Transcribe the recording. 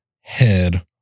head